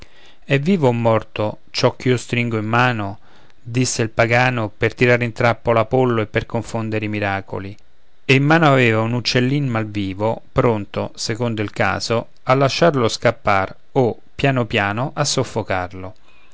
è vivo o morto ciò ch'io stringo in mano disse il pagano per tirare in trappola apollo e per confondere i miracoli e in mano aveva un uccellin mal vivo pronto secondo il caso a lasciarlo scappar o piano piano a soffocarlo